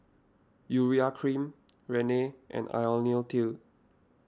Urea Cream Rene and Ionil T